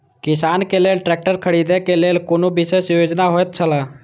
किसान के लेल ट्रैक्टर खरीदे के लेल कुनु विशेष योजना होयत छला?